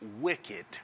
wicked